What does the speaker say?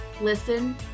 Listen